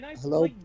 Hello